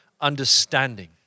understanding